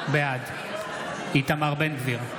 בעד איתמר בן גביר,